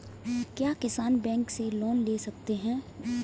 क्या किसान बैंक से लोन ले सकते हैं?